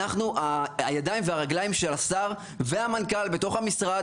אנחנו הידיים והרגליים של השר והמנכ"ל בתוך המשרד